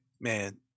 man